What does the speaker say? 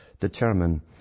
determine